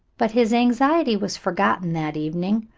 but his anxiety was forgotten that evening,